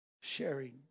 sharing